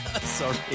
Sorry